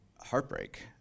heartbreak